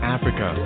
Africa